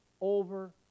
over